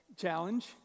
challenge